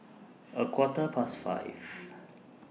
A Quarter Past five